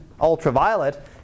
ultraviolet